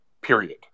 period